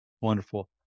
Wonderful